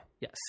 yes